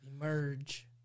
Emerge